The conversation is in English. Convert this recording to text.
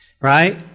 right